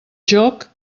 joc